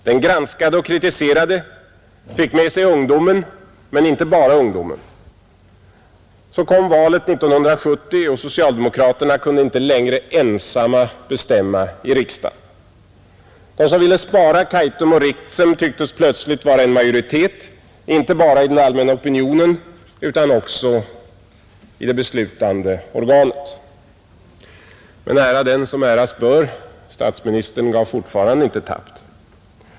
Den granskade och kritiserade och fick med sig ungdomen — men inte bara ungdomen. Så kom valet 1970, och socialdemokraterna kunde inte längre ensamma bestämma i riksdagen. De som ville spara Kaitum och Ritsem tycktes plötsligt vara en majoritet inte bara i den allmänna opinionen utan också i det beslutande organet. Men ära den som äras bör: statsministern gav fortfarande inte tappt.